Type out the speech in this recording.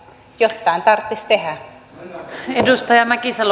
jottain tarttis tehä